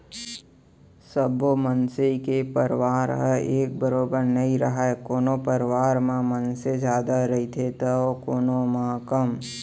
सब्बो मनसे के परवार ह एके बरोबर नइ रहय कोनो परवार म मनसे जादा रहिथे तौ कोनो म कम